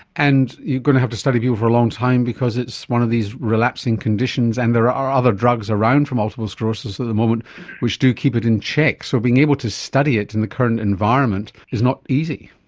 and you're going to have to study people for a long time because it's one of these relapsing conditions, and there are other drugs around for multiple sclerosis at the moment which do keep it in check. so being able to study it in the current environment is not easy.